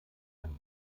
ein